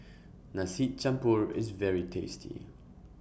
Nasi Campur IS very tasty